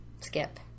skip